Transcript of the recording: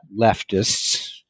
leftists